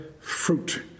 fruit